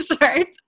shirt